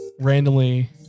randomly